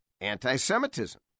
anti-Semitism